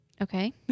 Okay